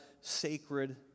sacred